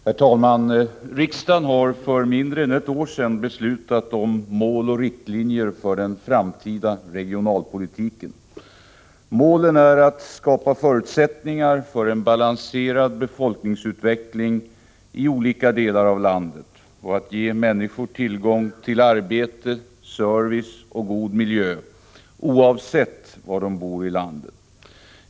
Herr talman! Riksdagen har för mindre än ett år sedan beslutat om mål och riktlinjer för den framtida regionalpolitiken. Målen är att skapa förutsättningar för en balanserad befolkningsutveckling i landets olika delar och att ge människor tillgång till arbete, service och god miljö oavsett var de bor i landet.